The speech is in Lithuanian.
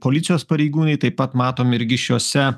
policijos pareigūnai taip pat matom irgi šiuose